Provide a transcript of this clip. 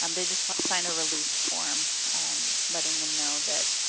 um they just sign a release form letting them know that